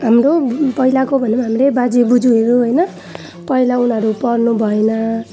हाम्रो पहिलाको भनौँ हाम्रै बाजेबोजूहरू होइन पहिला उनीहरू पढ्नुभएन